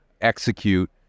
execute